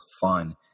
fun